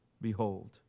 Behold